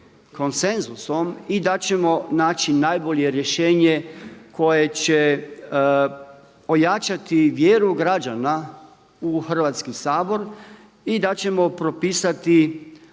konsenzusom i da ćemo naći najbolje rješenje koje će ojačati vjeru građana u Hrvatski sabor i da ćemo propisati